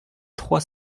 trois